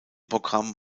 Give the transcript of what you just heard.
programm